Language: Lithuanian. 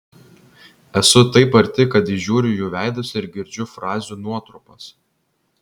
esu taip arti kad įžiūriu jų veidus ir girdžiu frazių nuotrupas